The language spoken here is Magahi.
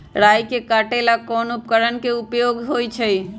राई के काटे ला कोंन उपकरण के उपयोग होइ छई?